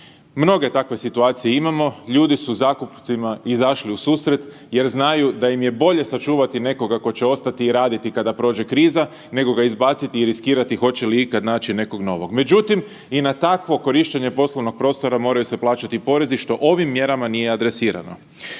Mnoge takve situacije imamo, ljudi su zakupcima izašli u susret jer znaju da im je bolje sačuvati nekoga tko će ostati i raditi kada prođe kriza nego i izbaciti i riskirati hoće li ikad naći nekog novog. Međutim, i na takvo korištenje poslovnog prostora moraju se plaćati porezi što ovim mjerama nije adresirano.